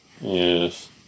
yes